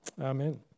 Amen